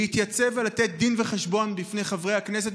להתייצב ולתת דין וחשבון בפני חברי הכנסת,